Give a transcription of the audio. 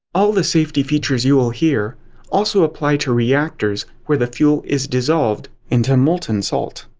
all the safety features you'll hear also apply to reactors where the fuel is dissolved into molten salt.